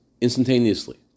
instantaneously